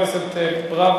חבר הכנסת אגבאריה.